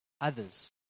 others